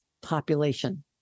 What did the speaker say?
population